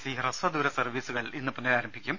C ഹ്രസ്വ ദൂര സർവീസുകൾ ഇന്ന് പുനരാരംഭിക്കും